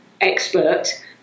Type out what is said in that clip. expert